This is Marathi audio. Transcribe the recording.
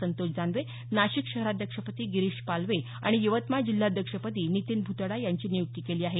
संतोष दानवे नाशिक शहराध्यक्षपदी गिरीश पालवे आणि यवतमाळ जिल्हाध्यक्षपदी नितीन भूतडा यांची निय्क्ती केली आहे